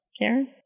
Karen